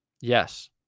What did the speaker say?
Yes